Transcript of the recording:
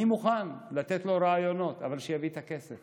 אני מוכן לתת לו רעיונות, אבל שיביא את הכסף